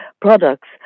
products